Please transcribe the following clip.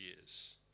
years